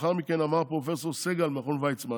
לאחר מכן אמר פרופ' סגל ממכון ויצמן: